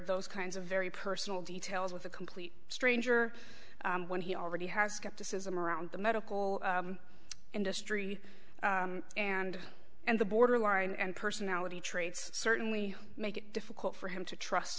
those kinds of very personal details with a complete stranger when he already has skepticism around the medical industry and and the borderline and personality traits certainly make it difficult for him to trust